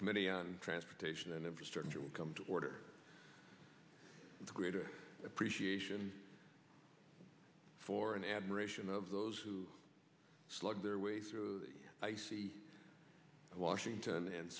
committee on transportation and infrastructure will come to order and greater appreciation for and admiration of those who slog their way through the icy washington and